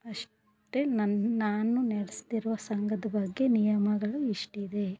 ಅಷ್ಟೆ ನನ್ನ ನಾನು ನೆಡೆಸ್ತಿರುವ ಸಂಘದ ಬಗ್ಗೆ ನಿಯಮಗಳು ಇಷ್ಟಿದೆ